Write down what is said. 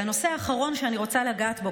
והנושא האחרון שאני רוצה לגעת בו,